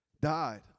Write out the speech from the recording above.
died